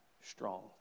strong